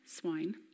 swine